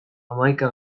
hamaika